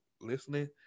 listening